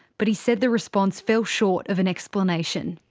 but he said the response fell short of an explanation.